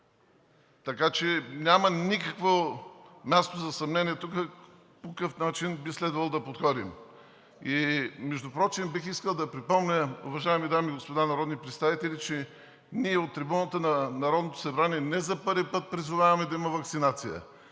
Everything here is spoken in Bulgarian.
Така че няма никакво място за съмнение по какъв начин би следвало да подходим тук. Бих искал да припомня, уважаеми дами и господа народни представители, че ние от трибуната на Народното събрание не за първи път призоваваме да има ваксинация.